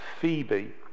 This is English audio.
Phoebe